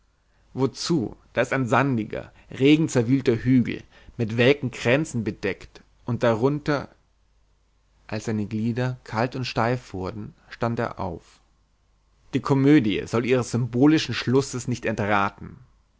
wozu da ist ein sandiger regenzerwühlter hügel mit welken kränzen bedeckt und darunter als seine glieder kalt und steif wurden stand er auf die komödie soll ihres symbolischen schlusses nicht entraten